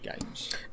games